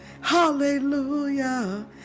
Hallelujah